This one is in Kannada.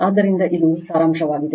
ಆದ್ದರಿಂದ ಇದು ಸಾರಾಂಶವಾಗಿದೆ